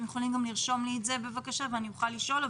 אתם יכולים גם לרשום לי ואוכל לשאול.